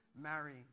marry